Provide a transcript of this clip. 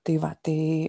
tai va tai